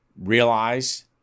realize